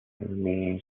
means